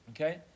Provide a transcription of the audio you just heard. Okay